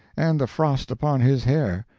and the frost upon his hair,